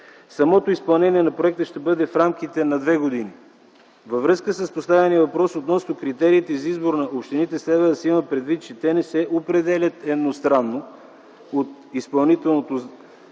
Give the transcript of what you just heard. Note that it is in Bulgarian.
Самото изпълнение на проекта ще бъде в рамките на две години. Във връзка с поставения въпрос относно критериите за избор на общините, трябва да се има предвид, че те не се определят едностранно от изпълнителното